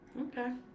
Okay